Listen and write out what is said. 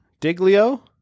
Diglio